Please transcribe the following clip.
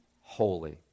holy